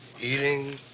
Eating